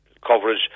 coverage